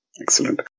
excellent